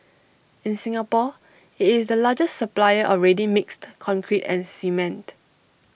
in Singapore IT is the largest supplier of ready mixed concrete and cement